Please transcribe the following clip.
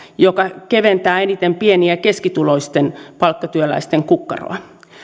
joka keventää eniten pieni ja keskituloisten palkkatyöläisten kukkaroa